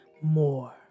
more